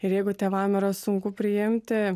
ir jeigu tėvam yra sunku priimti